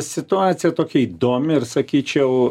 situacija tokia įdomi ir sakyčiau